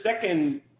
second